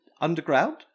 underground